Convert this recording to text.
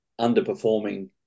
underperforming